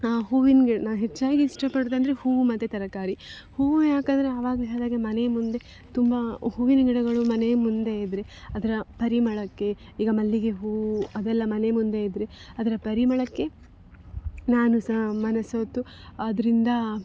ಹೂವಿನ ಗಿಡ ನಾ ಹೆಚ್ಚಾಗಿ ಇಷ್ಟ ಪಡುವುದಂದ್ರೆ ಹೂವು ಮತ್ತು ತರಕಾರಿ ಹೂವು ಯಾಕಂದರೆ ಅವಾಗಲೇ ಹೇಳಿದ್ಹಾಗೆ ಮನೆ ಮುಂದೆ ತುಂಬ ಹೂವಿನ ಗಿಡಗಳು ಮನೆ ಮುಂದೆ ಇದ್ದರೆ ಅದರ ಪರಿಮಳಕ್ಕೆ ಈಗ ಮಲ್ಲಿಗೆ ಹೂವು ಅದೆಲ್ಲ ಮನೆ ಮುಂದೆ ಇದ್ದರೆ ಅದರ ಪರಿಮಳಕ್ಕೆ ನಾನು ಸಹ ಮನಸೋತು ಅದರಿಂದ